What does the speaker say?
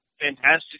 fantastic